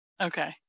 okay